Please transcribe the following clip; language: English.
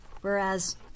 whereas